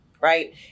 right